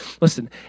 Listen